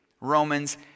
Romans